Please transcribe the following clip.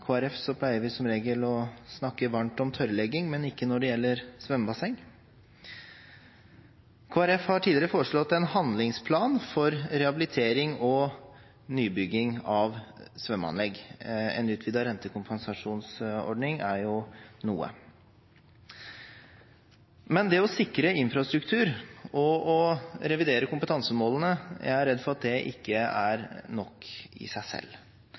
å snakke varmt om tørrlegging, men ikke når det gjelder svømmebasseng. Kristelig Folkeparti har tidligere foreslått en handlingsplan for rehabilitering og nybygging av svømmeanlegg. En utvidet rentekompensasjonsordning er jo noe. Å sikre infrastruktur og å revidere kompetansemålene er jeg redd ikke er nok i seg selv.